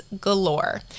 galore